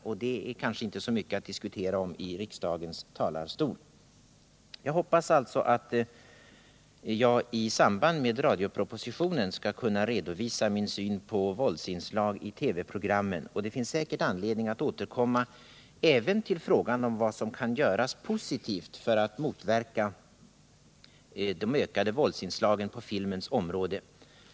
Men det är kanske inte så mycket att diskutera från riksdagens talarstol. Jag hoppas alltså att jag i samband med radiopropositionen skall kunna redovisa min syn på våldsinslag i TV-programmen. Det finns säkert anledning att återkomma även till frågan om vad som kan göras positivt för att motverka de ökade våldsinslagen på filmens område.